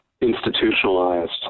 institutionalized